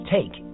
Take